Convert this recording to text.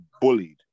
bullied